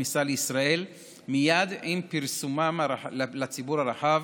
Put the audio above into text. הכניסה לישראל מייד עם פרסומן לציבור הרחב